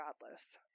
regardless